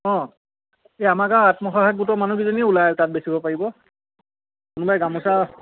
অঁ এই আমাৰ গাঁৱৰ আত্মসহায়ক গোটৰ মানুহকেইজনীয়ে ওলাই তাত বেচিব পাৰিব কোনোবাই গামোচা